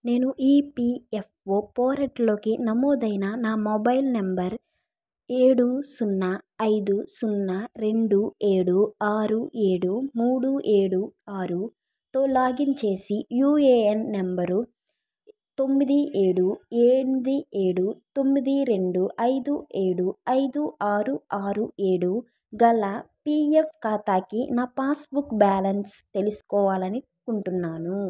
నేను ఈపిఎఫ్ఓ పోర్టల్లోకి నమోదైన నా మొబైల్ నంబర్ ఏడు సున్నా ఐదు సున్నా రెండు ఏడు ఆరు ఏడు మూడు ఏడు ఆరు తో లాగ్ఇన్ చేసి యుఏఎన్ నెంబరు తొమ్మిది ఏడు ఎన్మిది ఏడు తొమ్మిది రెండు ఐదు ఏడు ఐదు ఆరు ఆరు ఏడు గల పిఎఫ్ ఖాతాకి నా పాస్బుక్ బ్యాలెన్స్ తెలుసుకోవాలని కుంటున్నాను